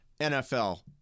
NFL